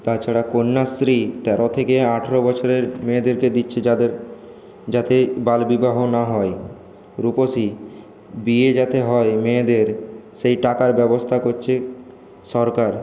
তাছাড়া কন্যাশ্রী তেরো থেকে আঠেরো বছরের মেয়েদেরকে দিচ্ছে যাদের যাতে বালবিবাহ না হয় রূপশ্রী বিয়ে যাতে হয় মেয়েদের সেই টাকার ব্যবস্থা করছে সরকার